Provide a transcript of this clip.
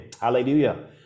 hallelujah